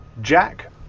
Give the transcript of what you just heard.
Jack